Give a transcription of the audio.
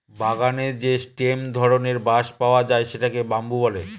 বাগানে যে স্টেম ধরনের বাঁশ পাওয়া যায় সেটাকে বাম্বু বলে